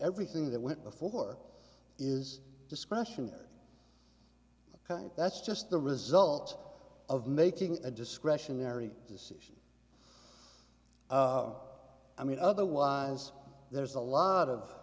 everything that went before is discretionary ok that's just the result of making a discretionary decision i mean otherwise there's a lot